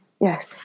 Yes